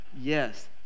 Yes